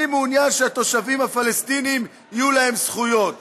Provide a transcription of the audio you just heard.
אני מעוניין שהתושבים הפלסטינים, יהיו להם זכויות.